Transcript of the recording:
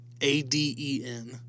A-D-E-N